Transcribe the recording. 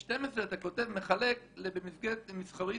ב-12 אתה אומר "מחלק במסגרת מסחרית".